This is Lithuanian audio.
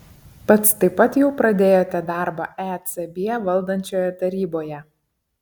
pats taip pat jau pradėjote darbą ecb valdančioje taryboje